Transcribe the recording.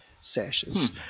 sashes